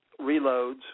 reloads